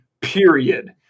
period